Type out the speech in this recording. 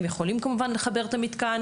הם יכולים כמובן לחבר את המתקן,